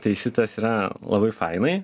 tai šitas yra labai fainai